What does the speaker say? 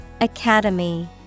Academy